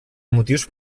motius